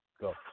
Go